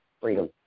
freedom